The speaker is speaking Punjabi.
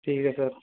ਠੀਕ ਹੈ ਸਰ